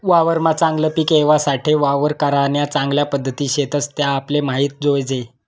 वावरमा चागलं पिक येवासाठे वावर करान्या चांगल्या पध्दती शेतस त्या आपले माहित जोयजे